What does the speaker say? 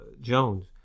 Jones